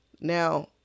Now